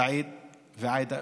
סעיד ועאידה,